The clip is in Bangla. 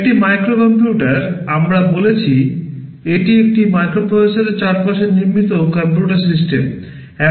একটি মাইক্রো কম্পিউটার আমরা বলেছি এটি একটি মাইক্রোপ্রসেসরের চারপাশে নির্মিত কম্পিউটার সিস্টেম